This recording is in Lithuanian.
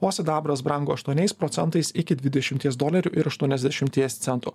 o sidabras brango aštuoniais procentais iki dvidešimties dolerių ir aštuoniasdešimties centų